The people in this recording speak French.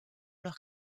leur